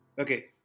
Okay